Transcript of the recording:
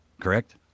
Correct